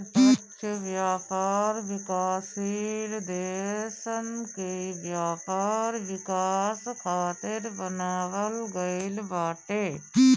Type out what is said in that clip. निष्पक्ष व्यापार विकासशील देसन के व्यापार विकास खातिर बनावल गईल बाटे